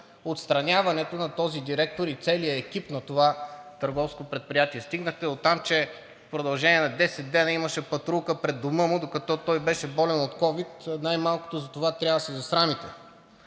отстраняването на този директор и целия екип на това търговско предприятие. Стигнахте дотам, че в продължение на 10 дни имаше патрулка пред дома му, докато той беше болен от ковид, най-малкото за това трябва да се засрамите.